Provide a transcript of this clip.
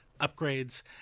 upgrades